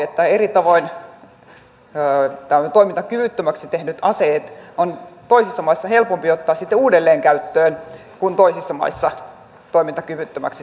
että eri tavoin toimintakyvyttömäksi tehdyt aseet on toisissa maissa helpompi ottaa sitten uudelleen käyttöön kuin toisissa maissa toimintakyvyttömäksi tehdyt aseet